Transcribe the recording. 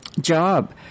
job